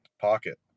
pocket